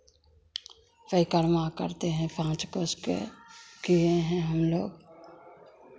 परिक्रमा करते हैं पाँच कोस के किए हैं हमलोग